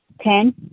Ten